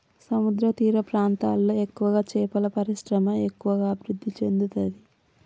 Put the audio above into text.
సముద్రతీర ప్రాంతాలలో ఎక్కువగా చేపల పరిశ్రమ ఎక్కువ అభివృద్ధి చెందుతది